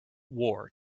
war